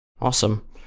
Awesome